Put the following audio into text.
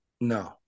No